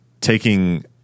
taking